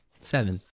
Seven